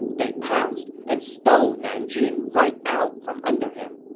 they pounced and stole nanjun right out from under him